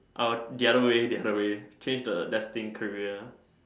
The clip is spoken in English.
uh the other way the other way change the destined career